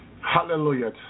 Hallelujah